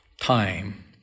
time